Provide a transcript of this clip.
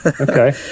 Okay